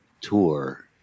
tour